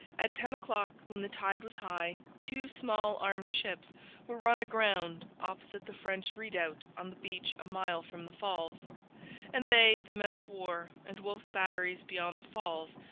at ten o'clock, when the tide was high, two small armed ships were run aground opposite the french redoubt on the beach a mile from the falls and they the men-of-war, and wolfe's batteries beyond the falls,